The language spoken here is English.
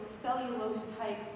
cellulose-type